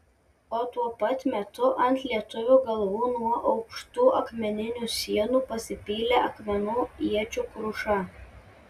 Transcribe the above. o tuo pat metu ant lietuvių galvų nuo aukštų akmeninių sienų pasipylė akmenų iečių kruša